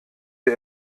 der